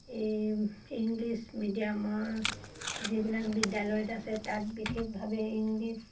এই ইংলিছ মিডিয়ামৰ যিবিলাক বিদ্যালয়ত আছে তাত বিশেষভাৱে ইংলিছ